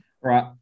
Right